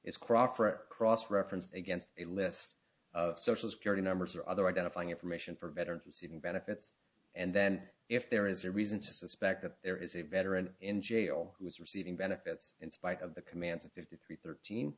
is crawford cross reference against a list of social security numbers or other identifying information for veterans receiving benefits and then if there is a reason to suspect that there is a veteran in jail who is receiving benefits in spite of the commands of fifty three thirteen